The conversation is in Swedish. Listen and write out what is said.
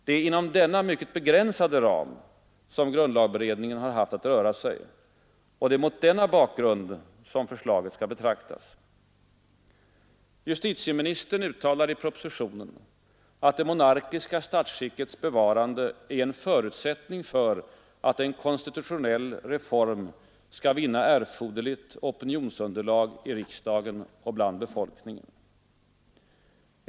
Det är inom denna mycket begränsade ram som grundlagberedningen haft att röra sig. Och det är mot denna bakgrund förslaget skall betraktas. Justitieministern uttalar i propositionen, att det monarkiska statsskickets bevarande är en förutsättning för att en konstitutionell reform skall vinna erforderligt opinionsunderlag i riksdagen och bland befolkningen.